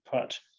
put